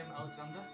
Alexander